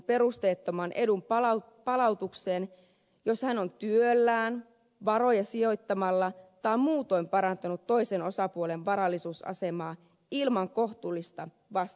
perusteettoman edun palautukseen jos hän on työllään varoja sijoittamalla tai muutoin parantanut toisen osapuolen varallisuusasemaa ilman kohtuullista vastiketta